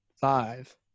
Five